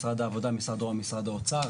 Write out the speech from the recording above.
משרד העבודה או משרד האוצר.